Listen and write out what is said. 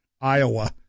iowa